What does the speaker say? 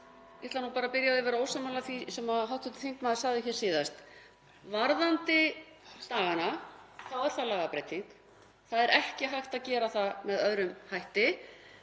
Ég ætla bara að byrja á því að vera ósammála því sem hv. þingmaður sagði hér síðast. Varðandi dagana þá er það lagabreyting. Það er ekki hægt að gera það með öðrum hætti.